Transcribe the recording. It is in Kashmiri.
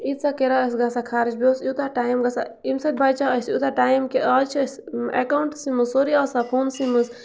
ییٖژاہ کِراے ٲس گژھان خَرٕچ بیٚیہِ اوس یوٗتاہ ٹایم گژھان اَمہِ سۭتۍ بَچیو اَسہِ یوٗتاہ ٹایم کہِ آز چھِ أسۍ اٮ۪کاوُنٛٹَسٕے منٛز سورُے آسان فونسٕے منٛز